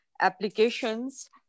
applications